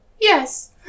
Yes